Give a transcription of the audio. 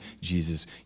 Jesus